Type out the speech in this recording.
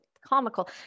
comical